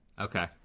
Okay